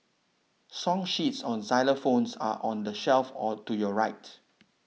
song sheets on xylophones are on the shelf or to your right